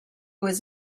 was